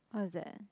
what is that